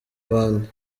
abandi